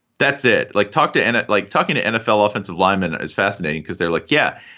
that's it. like talk to end it. like talking to nfl offensive lineman is fascinating because they're like, yeah,